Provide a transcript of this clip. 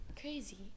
Crazy